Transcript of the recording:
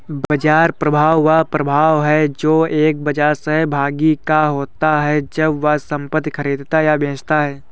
बाजार प्रभाव वह प्रभाव है जो एक बाजार सहभागी का होता है जब वह संपत्ति खरीदता या बेचता है